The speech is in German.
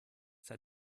seit